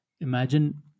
Imagine